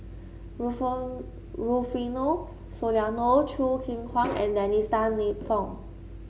Rufo Rufino Soliano Choo Keng Kwang and Dennis Tan Lip Fong